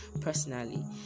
personally